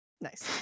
Nice